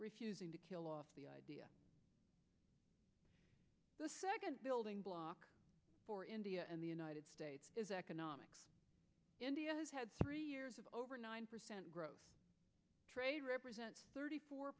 refusing to kill off the idea the second building block for india and the united states is economics india has had three years of over nine percent growth trade represent thirty four